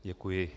Děkuji.